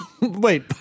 Wait